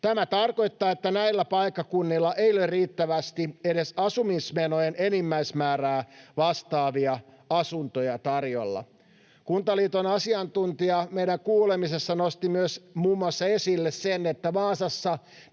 Tämä tarkoittaa, että näillä paikkakunnilla ei ole riittävästi edes asumismenojen enimmäismäärää vastaavia asuntoja tarjolla. Kuntaliiton asiantuntija meidän kuulemisessa nosti esille muun muassa sen, että Vaasassa